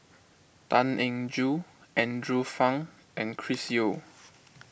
Tan Eng Joo Andrew Phang and Chris Yeo